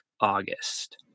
August